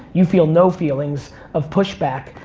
you feel no feelings of pushback,